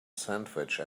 sandwich